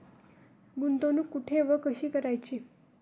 गुंतवणूक कुठे व कशी करायची?